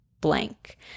Blank